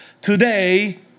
today